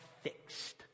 fixed